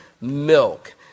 milk